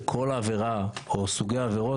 אמרנו "לרבות כל ארגון או מוקד",